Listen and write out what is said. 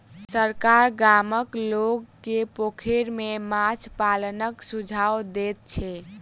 सरकार गामक लोक के पोखैर में माछ पालनक सुझाव दैत छै